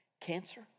cancer